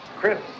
Chris